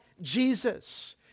Jesus